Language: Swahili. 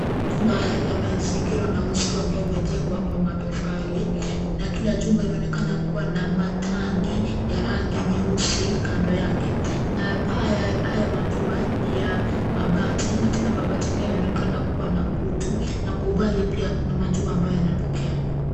Majumba haya yamezingirwa na uzio ambao umejengwa kwa matofali na kila jumba inaonekana kuwa na matanki ya rangi nyeusi kando yake na paa ya haya majumba ni ya mabati na tena mabati yenyewe yanaonekana kuwa na kutu na kwa umbali pia kuna majumba ambayo yanatokea.